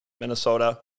Minnesota